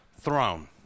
throne